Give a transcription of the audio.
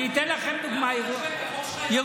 אני אתן לכם דוגמה, ירושלים.